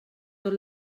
tot